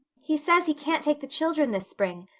he says he can't take the children this spring.